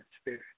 spirit